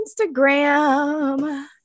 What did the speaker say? Instagram